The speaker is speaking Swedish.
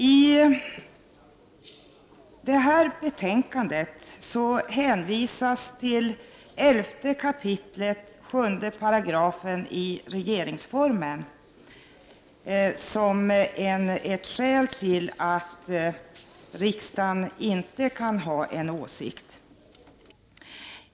I betänkandet hänvisas till 11 kap. 7 § regeringsformen som ett skäl till att riksdagen inte kan ha någon åsikt.